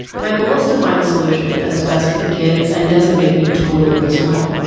my goal is to find a solution that is best for the kids and doesn't make me totally miserable.